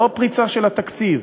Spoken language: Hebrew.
לא פריצה של התקציב.